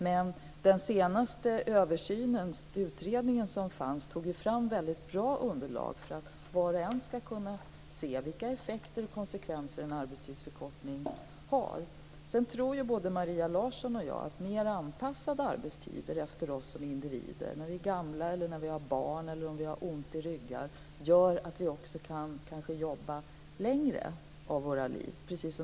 Men den senaste översynsutredning som gjordes tog fram bra underlag så att var och en ska kunna se vilka effekter och konsekvenser en arbetstidsförkortning får. Både Maria Larsson och jag tror att arbetstider som är mer anpassade efter oss människor som individer - när vi är gamla, när vi har barn eller när vi har ont i ryggar - gör att vi också kan jobba längre under våra liv.